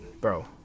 Bro